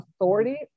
authority